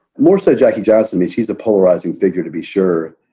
more so jackie johnson. she's a polarizing figure, to be sure.